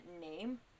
name